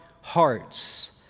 hearts